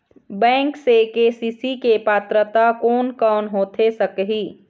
Bank से KCC के पात्रता कोन कौन होथे सकही?